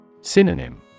Synonym